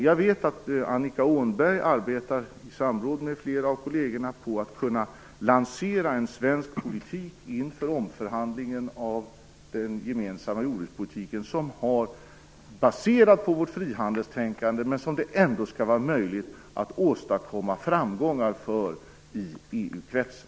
Jag vet att Annika Åhnberg arbetar i samråd med flera av kollegerna för att kunna lansera en svensk politik inför omförhandlingen av den gemensamma jordbrukspolitiken som är baserad på vårt frihandelstänkande men som det ändå skall vara möjligt att åstadkomma framgångar för i EU-kretsen.